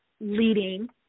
leading